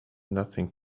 nothing